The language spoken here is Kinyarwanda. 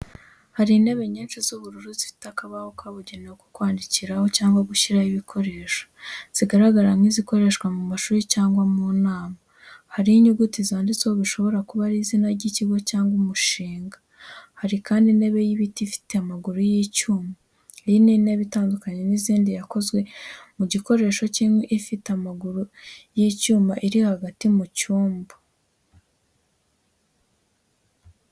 Hari intebe nyinshi z’ubururu zifite akabaho kabugenewe ko kwandikaho cyangwa gushyiraho ibikoresho. Zigaragara nk’izikoreshwa mu mashuri cyangwa mu nama, hariho inyuguti zanditseho bishobora kuba ari izina ry’ikigo cyangwa umushinga. Hari kandi intebe y’ibiti ifite amaguru y’icyuma, iyi ni intebe itandukanye n’izindi yakozwe mu gikoresho cy’inkwi ifite amaguru y’icyuma iri hagati mu cyumba.